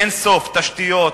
אין-סוף תשתיות.